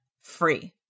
free